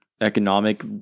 economic